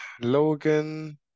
Logan